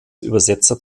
übersetzer